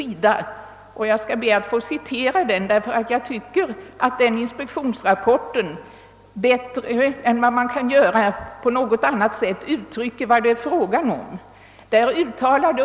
Jag ber att få hänvisa till inspektionsrapporten, eftersom den enligt min mening bättre än man kan göra på något annat sätt uttrycker vad det är fråga om.